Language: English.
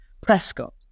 Prescott